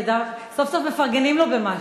כי סוף-סוף מפרגנים לו במשהו.